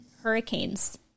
hurricanes